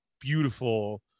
Beautiful